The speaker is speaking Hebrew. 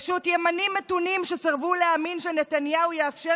פשוט ימנים מתונים סירבו להאמין שנתניהו יאפשר